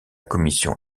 commission